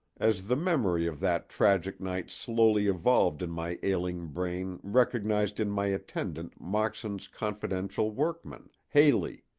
as the memory of that tragic night slowly evolved in my ailing brain recognized in my attendant moxon's confidential workman, haley.